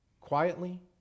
quietly